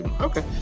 Okay